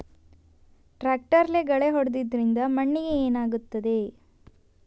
ಟ್ರಾಕ್ಟರ್ಲೆ ಗಳೆ ಹೊಡೆದಿದ್ದರಿಂದ ಮಣ್ಣಿಗೆ ಏನಾಗುತ್ತದೆ?